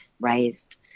raised